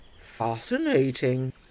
Fascinating